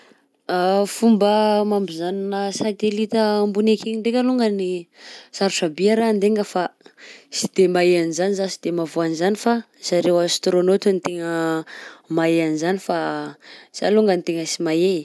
Fomba mampizanona satellite ambony akegny ndraika alongany sarotra bi araha handainga fa sy de mahay an'zany za, sy de mahavoa an'zany fa zareo astraunote no tegna mahay an'zany fa za longany tegna sy mahay e.